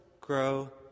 grow